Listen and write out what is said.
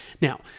now